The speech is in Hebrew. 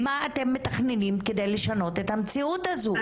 מה אתם מתכננים כדי לשנות את המציאות הזו?